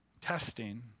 Testing